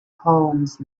homes